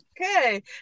okay